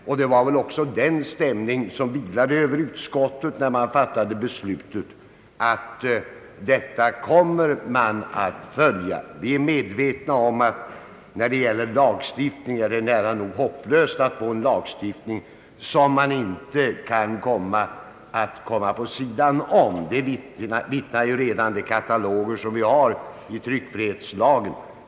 Utskottet har väl också fattat sitt beslut i förvissningen om att man kommer att göra det. Vi är medvetna om att det är nära nog hopplöst att få till stånd en lagstiftning, som inte kan kringgås. Det vittnar ju redan de kataloger om, som vi har i tryckfrihetslagen.